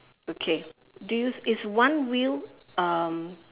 okay do you is one wheel um